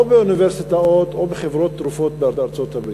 באוניברסיטאות או בחברות תרופות בארצות-הברית.